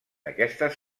aquestes